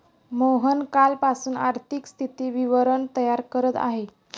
मोहन कालपासून आर्थिक स्थिती विवरण तयार करत आहे